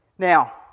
Now